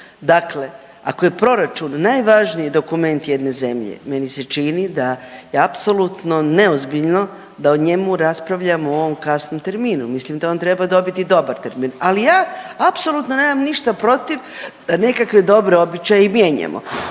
Dakle, ako je proračun najvažniji dokument jedne zemlje meni se čini da je apsolutno neozbiljno da o njemu raspravljamo u ovom kasnom terminu. Mislim da on treba dobiti dobar termin. Ali ja apsolutno nema ništa protiv da nekakve dobre običaje i mijenjamo,